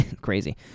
crazy